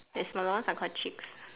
the smaller ones are called chicks